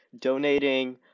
donating